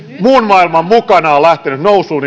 muun maailman mukana on lähtenyt nousuun